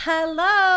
Hello